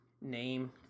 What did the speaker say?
name